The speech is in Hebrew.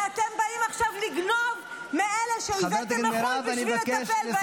-- ואתם באים עכשיו לגנוב מאלה שהבאתם מחו"ל בשביל לטפל בהם.